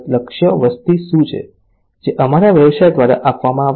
લક્ષ્ય વસ્તી શું છે જે અમારા વ્યવસાય દ્વારા આપવામાં આવશે